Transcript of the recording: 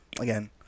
again